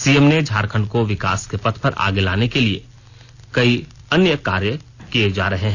CM ने झारखंड को विकास के पथ पर आगे ले जाने के लिए कई अन्य कार्य किए जा रहे हैं